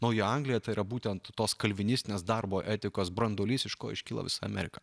naujoji anglija tai yra būtent tos kalvinistinės darbo etikos branduolys iš ko iškilo visa amerika